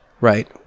right